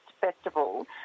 Festival